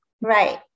Right